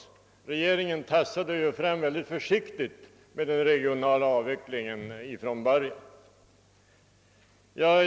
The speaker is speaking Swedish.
Regeringen tassade fram mycket försiktigt med den regionala avvecklingen från början.